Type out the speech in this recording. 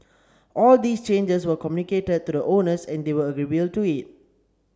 all these changes were communicated to the owners and they were agreeable to it